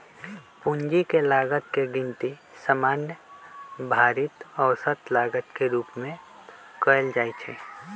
पूंजी के लागत के गिनती सामान्य भारित औसत लागत के रूप में कयल जाइ छइ